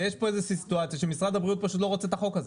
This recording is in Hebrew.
יש כאן סיטואציה שמשרד הבריאות פשוט לא רוצה את החוק הזה.